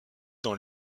dans